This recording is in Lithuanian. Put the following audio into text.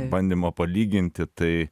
bandymą palyginti tai